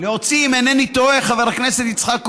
להוציא, אם אינני טועה, חבר הכנסת יצחק כהן,